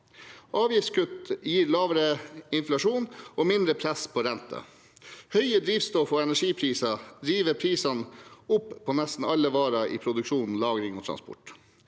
Avgiftskutt gir lavere inflasjon og mindre press på renten. Høye drivstoffog energipriser driver prisene opp på nesten alle varer i produksjon, lagring og transport.